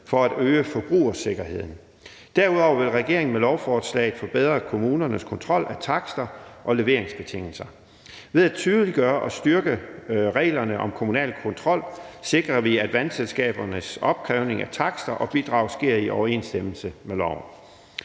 for at øge forbrugersikkerheden. Derudover vil regeringen med lovforslaget forbedre kommunernes kontrol med takster og leveringsbetingelser. Ved at tydeliggøre og styrke reglerne om kommunal kontrol sikrer vi, at vandselskabernes opkrævning af takster og bidrag sker i overensstemmelse med loven.